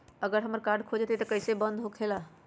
अगर हमर कार्ड खो जाई त इ कईसे बंद होकेला?